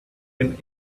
been